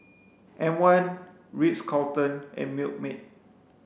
M one Ritz Carlton and Milkmaid